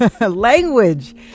Language